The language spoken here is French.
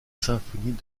symphonies